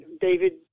David